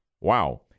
Wow